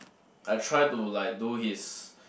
I try to like do his